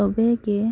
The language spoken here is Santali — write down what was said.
ᱛᱚᱵᱮ ᱜᱮ